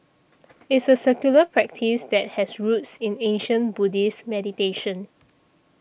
it's a secular practice that has roots in ancient Buddhist meditation